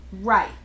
Right